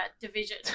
division